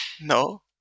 No